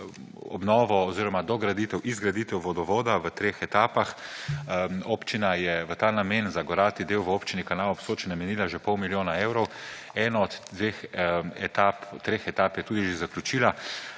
obnovo oziroma dograditev, izgraditev vodovoda v treh etapah. Občina je v ta namen za gorati del v Občini Kanal ob Soči namenila že pol milijona evrov. Eno od dveh etap, treh etap, je tudi že zaključila.